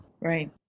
Right